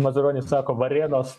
mazuronis sako varėnos